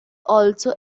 also